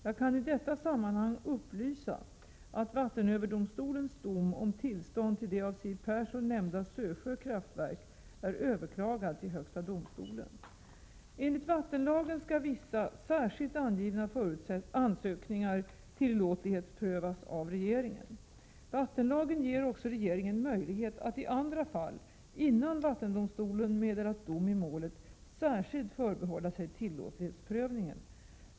Jag kan i detta sammanhang upplysa om att vattenöverdomstolens dom om tillstånd till det av Siw Persson nämnda Sösjö kraftverk är överklagad till högsta domstolen. Enligt vattenlagen skall vissa särskilt angivna ansökningar tillåtlighetsprövas av regeringen. Vattenlagen ger också regeringen möjlighet att i andra fall, innan vattendomstolen meddelat dom i målet, särskilt förbehålla sig tillåtlighetsprövningen.